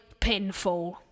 pinfall